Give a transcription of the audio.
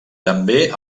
també